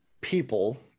people